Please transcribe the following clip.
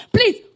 Please